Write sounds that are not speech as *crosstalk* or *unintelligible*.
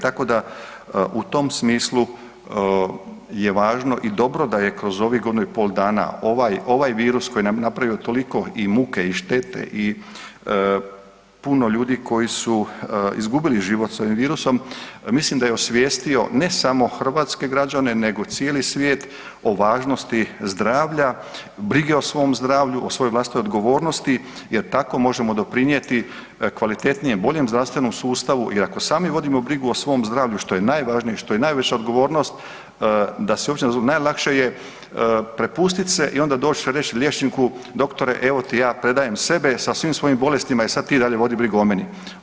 Tako da u tom smislu je važno i dobro da je kroz ovih godinu i pol dana ovaj virus koji nam je napravio toliko i muke i štete i puno ljudi koji su izgubili život sa ovim virusom, mislim da je osvijestio ne samo hrvatske građane nego cijeli svijet o važnosti zdravlja, brige o svom zdravlju, o svojoj vlastitoj odgovornosti jer tako možemo doprinijeti kvalitetnijem, boljem zdravstvenom sustavu jer ako sami vodimo brigu o svom zdravlju, što je najvažnije i što je najviša odgovornost, ... *unintelligible* najlakše je prepustit se i onda doć reć liječniku „doktore, evo ti ja predajem sebe sa svim svojim bolestima i sad ti dalje vodi brigu o meni“